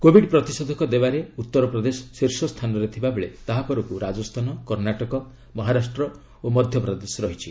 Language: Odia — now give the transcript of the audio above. କୋବିଡ୍ ପ୍ରତିଷେଧକ ଦେବାରେ ଉତ୍ତର ପ୍ରଦେଶ ଶୀଷ ସ୍ଥାନରେ ଥିବାବେଳେ ତାହା ପରକୁ ରାଜସ୍ଥାନ କର୍ଷାଟକ ମହାରାଷ୍ଟ୍ର ଓ ମଧ୍ୟପ୍ରଦେଶ ରହିଛି